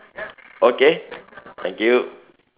okay thank you